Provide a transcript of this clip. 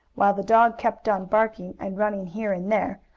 while the dog kept on barking, and running here and there,